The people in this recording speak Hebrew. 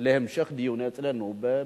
להמשך דיון אצלנו, בנשיאות.